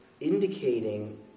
indicating